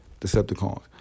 Decepticons